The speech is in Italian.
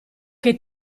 che